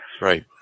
Right